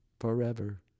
Forever